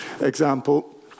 example